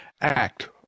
act